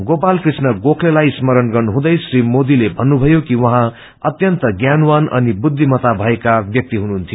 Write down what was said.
गोपालकृष्ण गोखलेलाई स्मरण गर्नुहुँदै श्री मोदीले भन्नुषयो कि उहाँ अत्यन्त ज्ञानवान अनि बुखिमत्ता भएका व्यक्ति हुनुहुन्यो